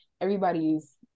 everybody's